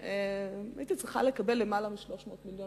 הייתי צריכה לקבל למעלה מ-300 מיליון